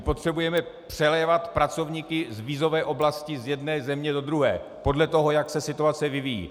Potřebujeme přelévat pracovníky z vízové oblasti z jedné země do druhé podle toho, jak se situace vyvíjí.